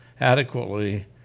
adequately